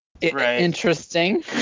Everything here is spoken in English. interesting